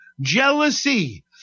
jealousy